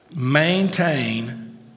Maintain